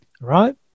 right